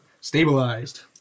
stabilized